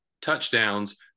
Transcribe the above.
touchdowns